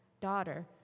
daughter